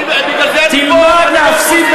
אני מפסיד בכבוד.